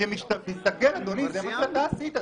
תסתכל אדוני, זה מה שאתה עשית.